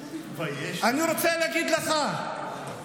אני רוצה להגיד לך,